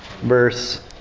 verse